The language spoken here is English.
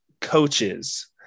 coaches